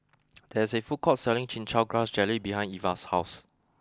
there is a food court selling Chin Chow Grass Jelly behind Eva's house